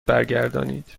برگردانید